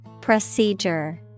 Procedure